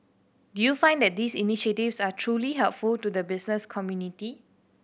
do you find that these initiatives are truly helpful to the business community